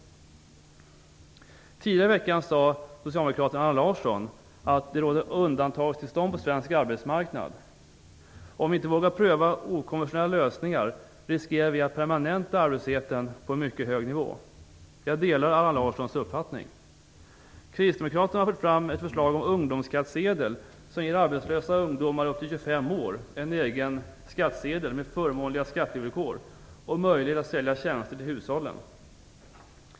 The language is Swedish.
Larsson: "Det råder undantagstillstånd på svensk arbetsmarknad. Om vi inte vågar pröva okonventionella lösningar riskerar vi att permanenta arbetslösheten på en mycket hög nivå." Jag delar Allan Larssons uppfattning. Kristdemokraterna har fört fram ett förslag till ungdomsskattsedel som ger arbetslösa ungdomar upp till 25 år en egen skattsedel med förmånliga skattevillkor och möjlighet att sälja tjänster till hushållen.